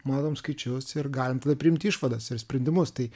matom skaičius ir galime tada priimti išvadas ir sprendimus tai